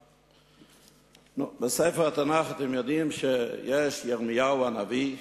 נו, בספר התנ"ך, אתם יודעים שיש ירמיהו הנביא.